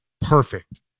perfect